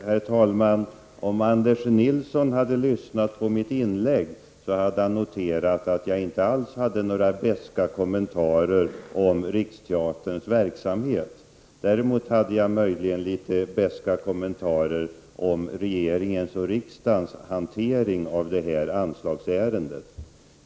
Herr talman! Om Anders Nilsson hade lyssnat på mitt inlägg hade han noterat att jag inte alls hade några beska kommentarer om Riksteaterns verksamhet. Däremot hade jag möjligen litet beska kommentarer om regeringens och riksdagens hantering av detta anslagsärende.